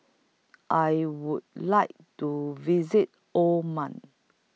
I Would like to visit Oman